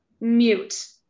mute